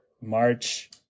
March